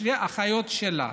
שתי אחיות שלה.